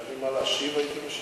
אם היה לי מה להשיב, הייתי משיב.